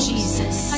Jesus